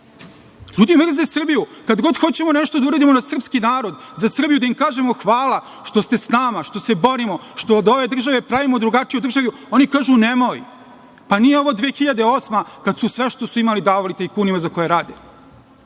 ljudi mrze Srbiju. Kad god hoćemo nešto da uradimo za srpski narod, za Srbiju, da im kažemo – hvala što ste s nama, što se borimo, što od ovde države pravimo drugačiju državu, oni kažu – nemoj. Pa, nije ovo 2008. godina, kad sve što su imali davali tajkunima za koje rade. Još